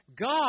God